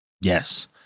Yes